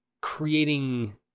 Creating